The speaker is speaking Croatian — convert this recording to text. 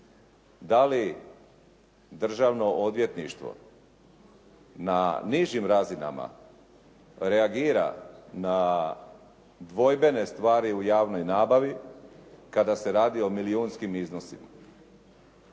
Da li Državno odvjetništvo na nižim razinama reagira na dvojbene stvari u javnoj nabavi kada se radi o milijunskim iznosima?